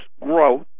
growth